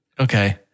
Okay